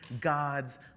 God's